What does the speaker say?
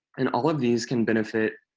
and all of these can benefit,